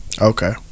Okay